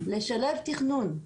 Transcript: לשלב תכנון,